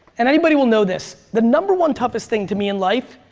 and anybody will know this, the number one toughest thing to me in life,